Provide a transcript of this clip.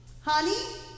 Honey